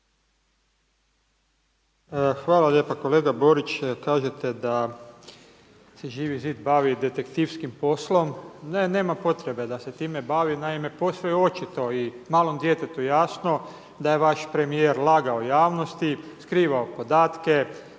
Hvala lijepa. Kolega Borić, kažete da se Živi Zid bavi detektivskim poslom. Ne, nema potrebe da se time bavi, naime posve je očito i malo djetetu jasno da je vaš premijer lagao javnosti, skrivao podatke,